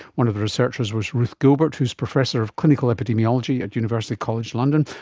one of the researchers was ruth gilbert who is professor of clinical epidemiology at university college london.